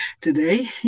today